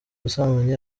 ubusambanyi